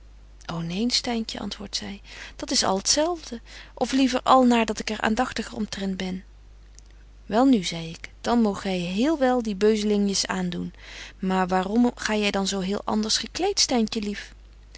och neen styntje antwoorde zy dat is al t zelfde of liever al naar dat ik er aandagtiger omtrent ben wel nu zei ik dan moog gy heelwel die beuzelingjes aandoen maar waaröm ga jy dan zo heel anders gekleet styntje lief